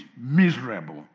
miserable